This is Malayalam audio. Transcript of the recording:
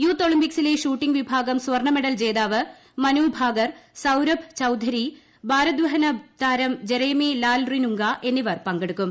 യൂത്ത് ഒളിമ്പിക്സിലെ ഷൂട്ടിങ് വിഭാഗം സ്വർണ്ണ മെഡൽ ജേതാവ് മനു ഭാക്കർ സൌരഭ് ചൌധരി ഭാരോദ്ധഹന താരം ജെറേമി ലാൽറിനുങ്ക എന്നിവർ പങ്കെടുക്കും